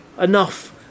enough